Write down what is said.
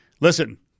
listen